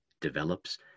develops